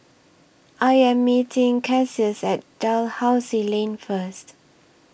I Am meeting Cassius At Dalhousie Lane First